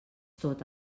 tot